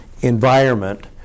environment